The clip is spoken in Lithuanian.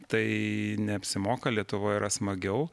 tai neapsimoka lietuvoj yra smagiau